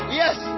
yes